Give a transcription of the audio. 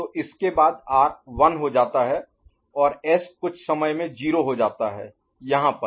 तो इसके बाद R 1 हो जाता है और S कुछ समय में 0 हो जाता है यहाँ पर